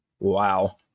Wow